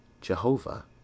Jehovah